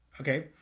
Okay